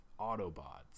Autobots